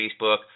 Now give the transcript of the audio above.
Facebook